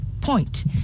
point